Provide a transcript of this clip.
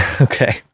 Okay